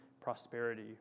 prosperity